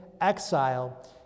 exile